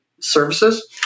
services